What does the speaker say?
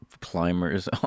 climbers